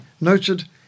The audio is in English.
noted